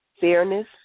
fairness